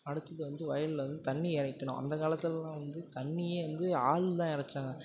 அடுத்தது வந்து வயலில் வந்து தண்ணி இறைக்கணும் அந்த காலத்துலலாம் வந்து தண்ணியே வந்து ஆள்தான் இறைச்சாங்க